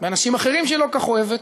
באנשים אחרים שהיא לא כל כך אוהבת,